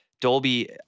Dolby